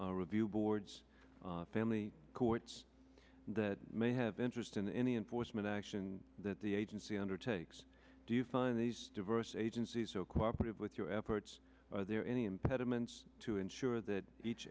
secure review boards family courts that may have interest in any enforcement action that the agency undertakes do you find these diverse agencies so cooperative with your efforts are there any impediments to ensure that each